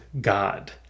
God